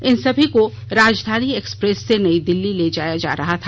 इन सभी को राजधानी एक्सप्रेस से नयी दिल्ली ले जाया जा रहा था